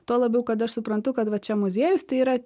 tuo labiau kad aš suprantu kad va čia muziejus tai yra